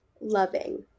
loving